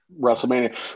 WrestleMania